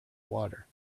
water